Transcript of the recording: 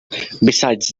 besides